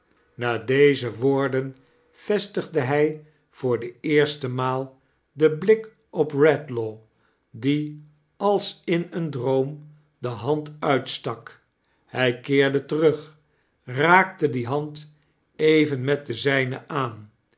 na deze woorden vestigde hij voor de eerstie maal den blik op redlaw die als in een droom de hand uitstak hij keerde terug raakte die hand even met de zijne aan